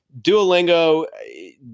Duolingo